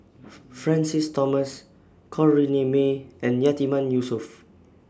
Francis Thomas Corrinne May and Yatiman Yusof